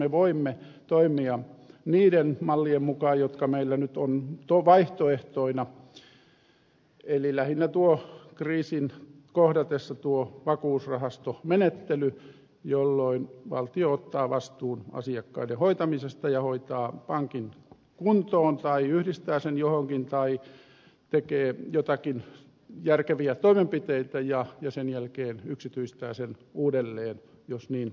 me voimme toimia niiden mallien mukaan jotka meillä nyt on vaihtoehtoina eli lähinnä kriisin kohdatessa tuo vakuusrahastomenettely jolloin valtio ottaa vastuun asiakkaiden hoitamisesta ja hoitaa pankin kuntoon tai yhdistää sen johonkin tai tekee joitakin järkeviä toimenpiteitä ja sen jälkeen yksityistää sen uudelleen jos niin halutaan